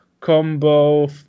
combo